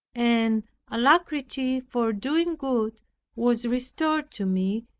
an alacrity for doing good was restored to me,